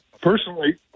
Personally